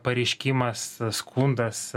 pareiškimas skundas